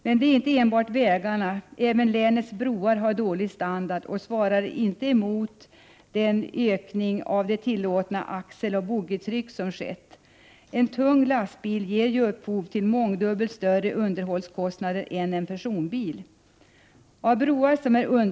Men det är inte enbart vägarna utan även länets broar som har dålig standard. De svarar inte mot de krav som ställs, med tanke på den ökning av det tillåtna axelresp. boggitrycket som har skett. En tung lastbil ger ju upphov till mångdubbelt större underhållskostnader än en personbil gör.